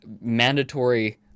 mandatory